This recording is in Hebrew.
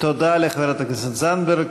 תודה לחברת הכנסת זנדברג.